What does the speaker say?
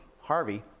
Harvey